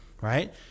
right